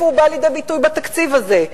איפה הוא בא לידי ביטוי בתקציב הזה?